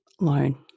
loan